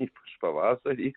ypač pavasarį